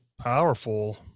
powerful